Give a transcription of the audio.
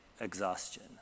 exhaustion